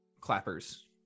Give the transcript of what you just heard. clappers